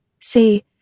See